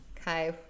okay